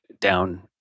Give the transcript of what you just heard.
down